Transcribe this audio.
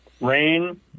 Rain